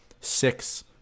six